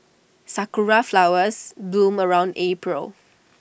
Sakura Flowers bloom around April